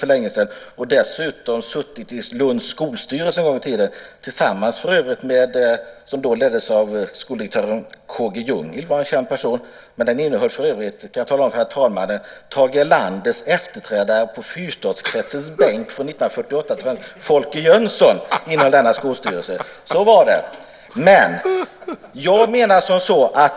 Dessutom har jag en gång i tiden suttit med i Lunds skolstyrelse, som då leddes av skoldirektör K.-G. Ljunghill som var en känd person. För övrigt innehöll skolstyrelsen under ett antal år från 1948 - det kan jag tala om för talmannen - Tage Erlanders efterträdare på Fyrstadskretsens bänk, nämligen Folke Jönsson. Så var det!